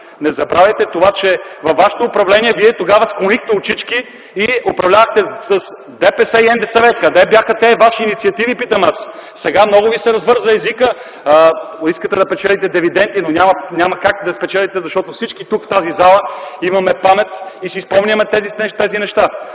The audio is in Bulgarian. Не забравяйте, че във Вашето управление Вие тогава склонихте очички и управлявахте с ДПС и НДСВ. Къде бяха тези Ваши инициативи, питам аз? Сега много Ви се развърза езика. Искате да печелите дивиденти, но няма как да спечелите, защото всички тук, в тази зала, имаме памет и си спомняме тези неща.